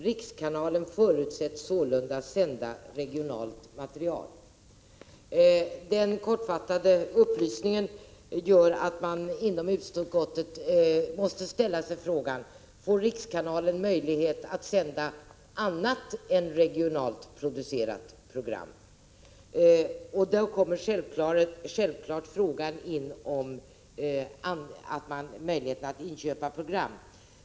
Rikskanalen förutsätts sålunda sända regionalt material.” Den kortfattade upplysningen gör att man inom utskottet måste ställa sig frågan: Får rikskanalen möjlighet att sända annat än regionalt producerade program? Då kommer självfallet frågan in om möjligheten att inköpa program.